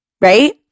right